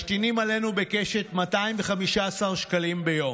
משתינים עלינו בקשת, 215 שקלים ביום.